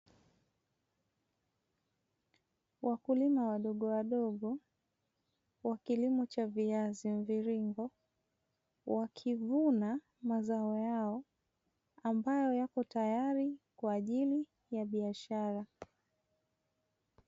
Wakulima wadogowadogo wa kilimo cha viazi mviringo, wakivuna mazao yao ambayo yapo tayari kwa ajili ya biashara.